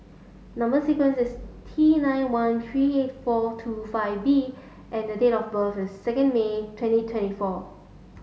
number sequence is T nine one three eight four two five B and the date of birth is second May twenty twenty four